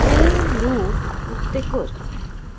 train route उकते कर